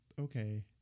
okay